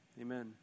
amen